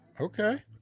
Okay